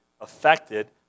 affected